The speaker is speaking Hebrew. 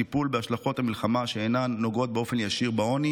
טיפול בהשלכות המלחמה שאינן נוגעות באופן ישיר בעוני